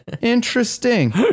Interesting